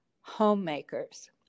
homemakers